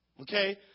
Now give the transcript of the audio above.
Okay